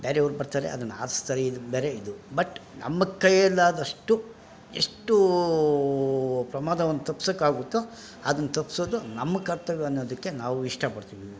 ಬ್ಯಾರೆವ್ರು ಬರ್ತಾರೆ ಅದನ್ನು ಆರಿಸ್ತರೆಯಿದದ್ದರೆ ಇದು ಬಟ್ ನಮ್ಮ ಕೈಯಲ್ಲಾದಷ್ಟು ಎಷ್ಟು ಪ್ರಮಾದವನ್ನ ತಪ್ಸೋಕ್ ಆಗುತ್ತೊ ಅದ್ನ ತಪ್ಪಿಸೋದು ನಮ್ಮ ಕರ್ತವ್ಯ ಅನ್ನೋದಕ್ಕೆ ನಾವು ಇಷ್ಟಪಡ್ತೀವಿ